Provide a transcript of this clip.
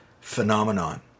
phenomenon